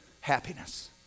happiness